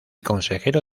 consejero